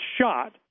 shot